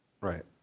right